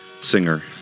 singer